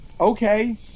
okay